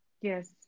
Yes